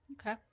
Okay